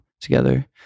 together